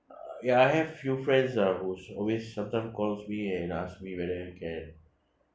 uh ya I have few friends uh who's always sometime calls me and ask me whether I can